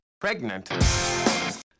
pregnant